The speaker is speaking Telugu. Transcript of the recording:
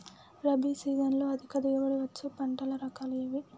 రబీ సీజన్లో అధిక దిగుబడి వచ్చే పంటల రకాలు ఏవి?